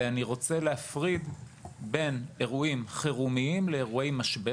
אני רוצה להפריד בין אירועים חירומיים לבין אירועי משבר.